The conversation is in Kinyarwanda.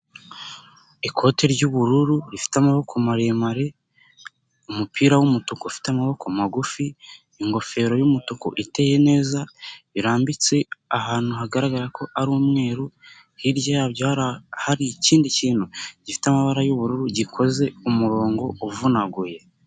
Ikoti ry'ubururu rifite amaboko maremare, umupira w'umutuku ufite amaboko magufi, ingofero y'umutuku iteye neza birambitse ahantu hagaragara ko ari umweru, hirya yabyo hari ikindi kintu gifite amabara y'ubururu gikoze umurongo uvunaguye.